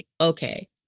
okay